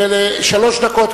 שלוש דקות,